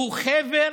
שהוא חבל